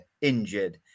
injured